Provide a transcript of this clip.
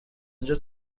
اینجا